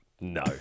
No